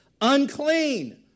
unclean